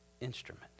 instrument